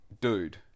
dude